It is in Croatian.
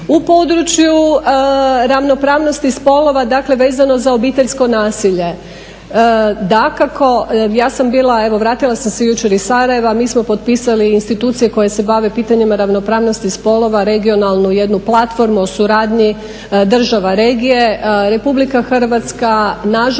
u području ravnopravnosti spolova dakle vezano za obiteljsko nasilje. Dakako, ja sam bila, evo vratila sam se jučer iz Sarajeva, mi smo popisali institucije koje se bave pitanjima ravnopravnosti spolova, regionalno jednu platformu o suradnji država regije, RH nažalost